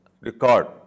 record